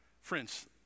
Friends